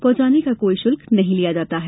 पहुँचाने का कोई शुल्क नहीं लिया जाता है